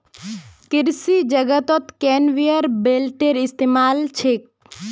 कृषि जगतत कन्वेयर बेल्टेर इस्तमाल छेक